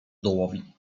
dołowi